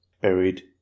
buried